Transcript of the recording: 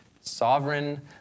Sovereign